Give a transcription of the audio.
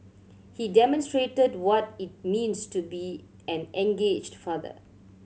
he demonstrated what it means to be an engaged father